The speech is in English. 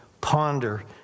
ponder